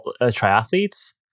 triathletes